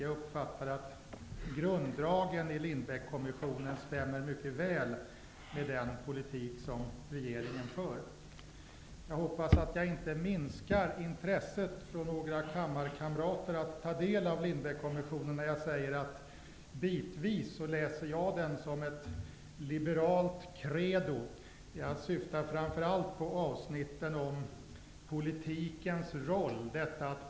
Jag uppfattar att grunddragen i Lindbeckkommissionens förslag stämmer mycket väl med den politik som regeringen för. Jag hoppas att jag inte minskar intresset hos några kammarkamrater att ta del av Lindbeckkommissionens förslag när jag säger att jag bitvis läser det som ett liberalt credo. Jag syftar framför allt på avsnitten om politikens roll.